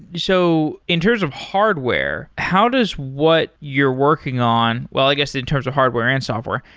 so in terms of hardware, how does what you're working on well, i guess in terms of hardware and software.